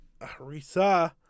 Arisa